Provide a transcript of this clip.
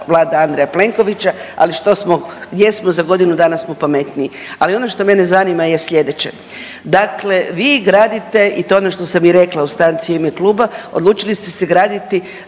Vlada Andreja Plenkovića, ali što smo, gdje smo, za godinu dana smo pametniji. Ali ono što mene zanima je slijedeće. Dakle, vi gradite, i to je ono što sam i rekla u stanci u ime kluba, odlučili ste se graditi